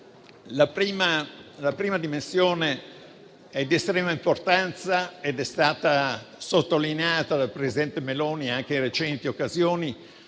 La prima dimensione è di estrema importanza ed è stata sottolineata dal presidente Meloni anche in recenti occasioni,